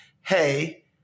Hey